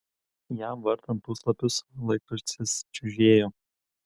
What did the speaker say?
jam vartant puslapius laikraštis čiužėjo